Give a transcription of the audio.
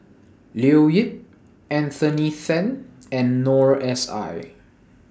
Leo Yip Anthony Then and Noor S I